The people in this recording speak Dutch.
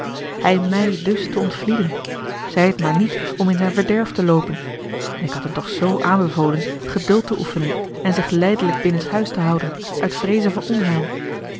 hij mij dus te ontvlieden zij het maar niet om in zijn verderf te loopen en ik had hem toch z aanbevolen geduld te oefenen en zich lijdelijk binnenshuis te houden uit vreeze van onheil